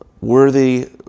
Worthy